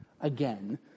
again